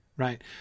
Right